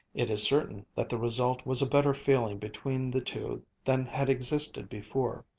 it is certain that the result was a better feeling between the two than had existed before.